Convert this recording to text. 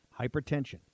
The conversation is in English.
Hypertension